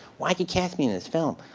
why'd you cast me in this film?